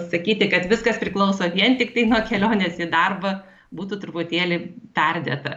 sakyti kad viskas priklauso vien tiktai nuo kelionės į darbą būtų truputėlį perdėta